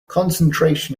concentration